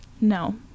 No